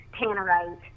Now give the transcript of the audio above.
Tannerite